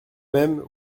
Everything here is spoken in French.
même